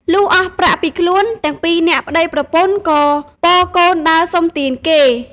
លុះអស់ប្រាក់ពីខ្លួន ទាំងពីរនាក់ប្តីប្រពន្ធក៏ពរកូនដើរសុំទានគេ។